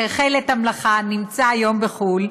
שהחל את המלאכה ונמצא היום בחו"ל,